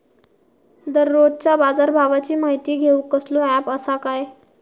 दररोजच्या बाजारभावाची माहिती घेऊक कसलो अँप आसा काय?